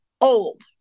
old